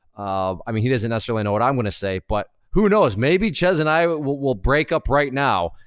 um i mean, he doesn't necessarily know what i'm gonna say. but who knows, maybe chezz and i will break up right now.